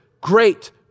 great